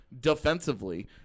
defensively